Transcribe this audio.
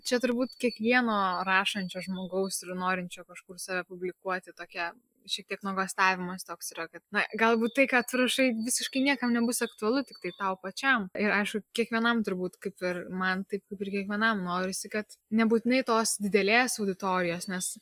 čia turbūt kiekvieno rašančio žmogaus ir norinčio kažkur save publikuoti tokia šiek tiek nuogąstavimas toks yra kad na galbūt tai ką tu rašai visiškai niekam nebus aktualu tiktai tau pačiam ir aišku kiekvienam turbūt kaip ir man taip ir kiekvienam norisi kad nebūtinai tos didelės auditorijos nes